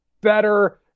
better